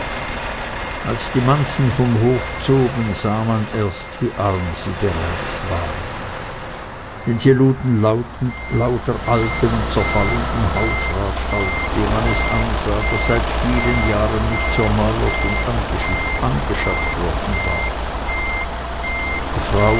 als die manzen vom hofe zogen sah man erst wie arm sie bereits waren denn sie luden lauter alten und zerfallenden hausrat auf dem man es ansah daß seit vielen jahren nichts erneuert und angeschafft worden war die frau